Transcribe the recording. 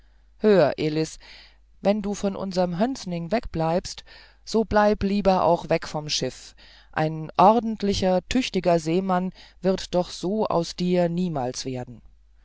hör elis wenn du von unserm hönsning wegbleibst so bleib lieber auch ganz weg vom schiff ein ordentlicher tüchtiger seemann wird doch so aus dir niemals werden